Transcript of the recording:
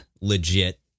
legit